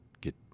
get